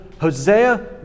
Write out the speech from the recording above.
Hosea